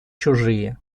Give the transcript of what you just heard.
чужие